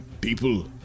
People